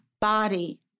body